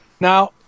Now